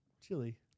Chili